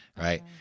right